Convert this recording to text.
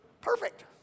perfect